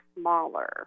smaller